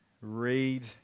read